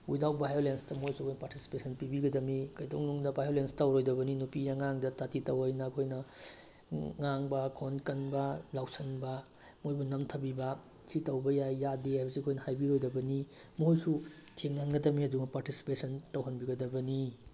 without ꯚꯥꯏꯌꯣꯂꯦꯟꯁꯇ ꯃꯣꯏꯁꯨ participation ꯄꯤꯕꯤꯒꯗꯃꯤ ꯀꯩꯗꯧꯅꯨꯡꯗ ꯚꯥꯏꯌꯣꯂꯦꯟꯁ ꯇꯧꯔꯣꯏꯗꯕꯅꯤ ꯅꯨꯄꯤ ꯑꯉꯥꯡꯗ ꯇꯥꯊꯤ ꯇꯥꯑꯣꯏꯅ ꯑꯩꯈꯣꯏꯅ ꯉꯥꯡꯕ ꯈꯣꯟ ꯀꯟꯕ ꯂꯥꯎꯁꯟꯕ ꯃꯣꯏꯕꯨ ꯅꯝꯊꯕꯤꯕ ꯁꯤ ꯇꯧꯕ ꯌꯥꯏ ꯌꯥꯗꯦ ꯍꯥꯏꯕꯁꯤ ꯑꯩꯈꯣꯏ ꯍꯥꯏꯕꯤꯔꯣꯏꯗꯕꯅꯤ ꯃꯈꯣꯏꯁꯨ ꯊꯦꯡꯅꯍꯟꯒꯗꯝꯅꯤ ꯑꯗꯨꯒ ꯄꯥꯔꯇꯤꯁꯤꯄꯦꯁꯟ ꯇꯧꯍꯟꯕꯤꯒꯗꯕꯅꯤ